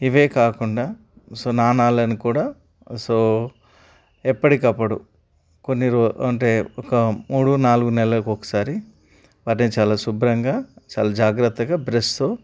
ఇవే కాకుండా సో నాణేలని కూడా సో ఎప్పటికప్పుడు కొన్ని రో అంటే ఒక మూడో నాలుగు నెలలకు ఒకసారి వాటిని చాలా శుభ్రంగా చాలా జాగ్రత్తగా బ్రష్తో